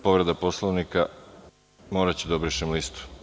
Povreda Poslovnika, moraću da obrišem listu.